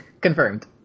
confirmed